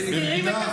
מסתירים את